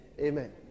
Amen